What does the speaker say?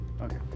Okay